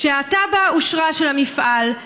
כשהתב"ע של המפעל אושרה,